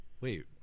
Wait